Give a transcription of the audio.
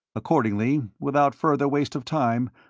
accordingly, without further waste of time,